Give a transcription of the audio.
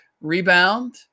Rebound